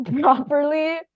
properly